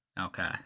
Okay